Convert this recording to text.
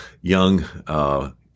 young